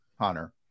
Hunter